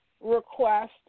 request